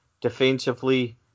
defensively